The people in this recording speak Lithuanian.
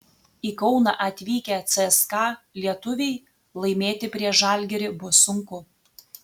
į kauną atvykę cska lietuviai laimėti prieš žalgirį bus sunku